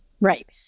Right